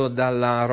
dalla